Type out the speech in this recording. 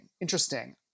Interesting